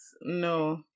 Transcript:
No